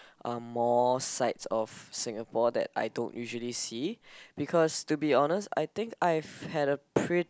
uh more sides of Singapore that I don't usually see because to be honest I think I've had a pre~